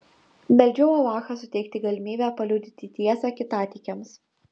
meldžiau alachą suteikti galimybę paliudyti tiesą kitatikiams